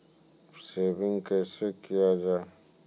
Saving कैसै किया जाय?